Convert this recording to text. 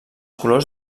colors